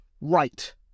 right